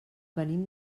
venim